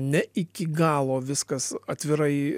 ne iki galo viskas atvirai